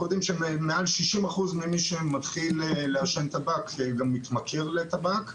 אנחנו יודעים שמעל 60% ממי שמתחיל לעשן טבק גם מתמכר לטבק,